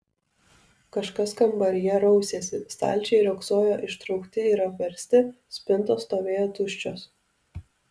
kažkas kambaryje rausėsi stalčiai riogsojo ištraukti ir apversti spintos stovėjo tuščios